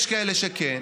יש כאלה שכן